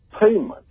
payment